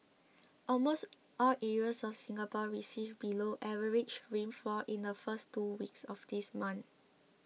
almost all areas of Singapore received below average rainfall in the first two weeks of this month